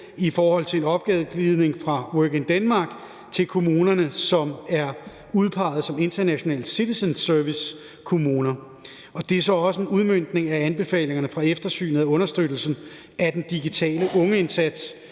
i forhold til en opgaveglidning fra WorkinDenmark til kommunerne, som er udpeget som International Citizen Service-kommuner. Det er så også en udmøntning af anbefalingerne fra eftersynet af understøttelsen af den digitale ungeindsats,